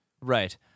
right